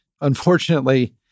Unfortunately